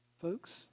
Folks